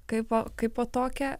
kaipo kaipo tokią